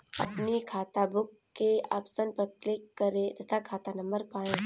अपनी खाताबुक के ऑप्शन पर क्लिक करें तथा खाता नंबर पाएं